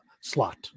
slot